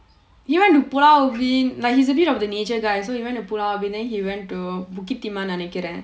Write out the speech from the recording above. ya he went to pulau ubin like he's a bit of the nature guy so he went to pulau ubin then he went to bukit timah நினைக்கிறேன்:ninaikkiraen